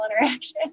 interaction